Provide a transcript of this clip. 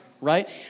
right